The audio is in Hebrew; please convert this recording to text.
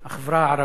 החברה הערבית,